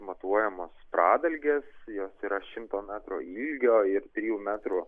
matuojamos pradalgės jos yra šimto metrų ilgio ir trijų metrų